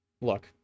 look